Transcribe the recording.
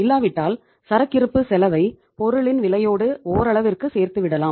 இல்லாவிட்டால் சரக்கிருப்பு செலவை பொருளின் விலையோடு ஓரளவிற்கு சேர்த்து விடலாம்